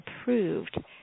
approved